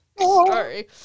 sorry